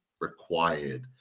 required